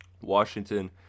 Washington